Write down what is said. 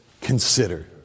consider